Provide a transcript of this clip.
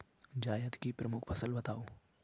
जायद की प्रमुख फसल बताओ